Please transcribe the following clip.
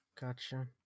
Gotcha